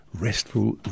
restful